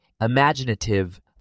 imaginative